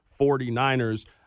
49ers